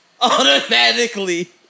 Automatically